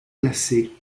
classée